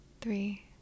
three